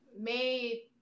made